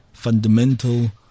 fundamental